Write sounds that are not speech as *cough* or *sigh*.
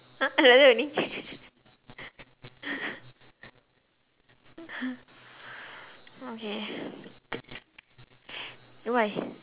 !huh! like that only *laughs* okay why